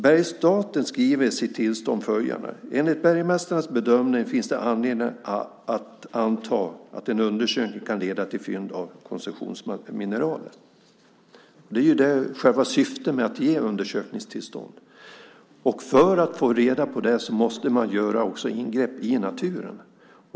Bergsstaten skriver i sitt tillstånd följande: Enligt bergmästarens bedömning finns det anledning att anta att en undersökning kan leda till fynd av konsumtionsmineraler. Det är själva syftet med att ge undersökningstillstånd. För att få reda på det måste man göra ingrepp i naturen.